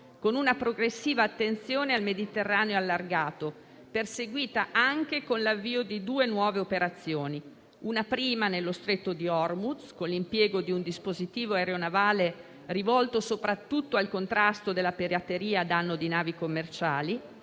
con una progressiva attenzione al Mediterraneo allargato, perseguita anche con l'avvio di due nuove operazioni: una prima nello Stretto di Hormuz, con l'impiego di un dispositivo aeronavale rivolto soprattutto al contrasto della pirateria a danno di navi commerciali,